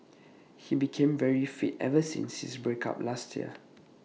he became very fit ever since his break up last year